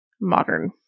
modern